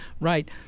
right